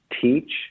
teach